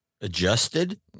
Adjusted